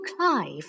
Clive